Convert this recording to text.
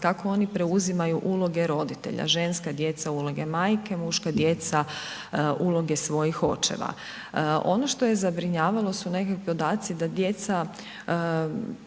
kako oni preuzimaju uloge roditelja, ženska djeca uloge majke, muška djeca uloge svojih očeva. Ono što je zabrinjavalo su nekakvi podaci su do tada